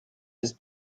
has